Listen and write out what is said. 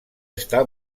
està